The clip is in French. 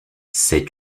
sais